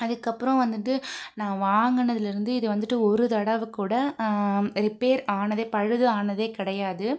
அதுக்கப்புறம் வந்துட்டு நான் வாங்கினதுலருந்து இது வந்துட்டு ஒரு தடவை கூட ரிப்பேர் ஆனதே பழுது ஆனதே கிடையாது